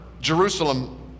Jerusalem